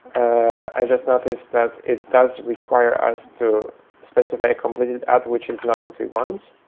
i just noticed that it does require us to specify completed at which is not what we want.